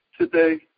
today